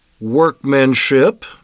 workmanship